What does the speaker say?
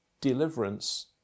deliverance